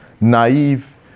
naive